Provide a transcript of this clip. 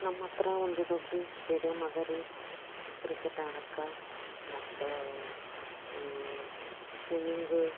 ನಮ್ಮ ಹತ್ರ ಒಂದು ದೊಡ್ಡ ಸ್ಟೇಡಿಯಮ್ ಅದ ರೀ ಕ್ರಿಕೆಟ್ ಆಡೋಕ್ಕೆ ಮತ್ತು ಸ್ವಿಮ್ಮಿಂಗ